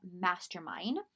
mastermind